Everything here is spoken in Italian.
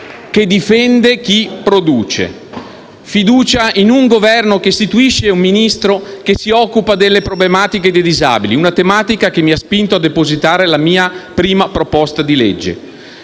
che difende chi produce. Fiducia per un Governo che istituisce un Ministero che si occuperà delle problematiche dei disabili; una tematica che mi ha spinto a depositare la mia prima proposta di legge.